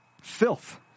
filth